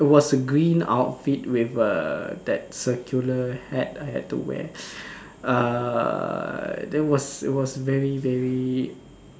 was a green outfit with uh that circular hat I had to wear err that was it was very very